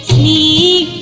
me